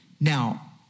Now